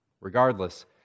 Regardless